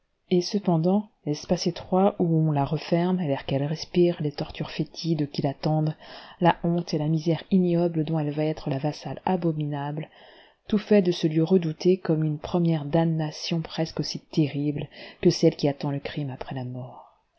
et cependant l'espace étroit où ou la renferme l'air qu'elle respire les tortures fétides qui l'attendent la honte et la misère ignoble dont elle va être la vassale abominable tout fait de ce lieu redouté comme une première damnation presque aussi terrible que celle qui attend le crime après la mort